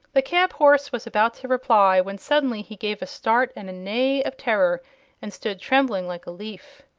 the cab-horse was about to reply when suddenly he gave a start and a neigh of terror and stood trembling like a leaf.